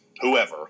whoever